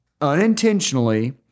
unintentionally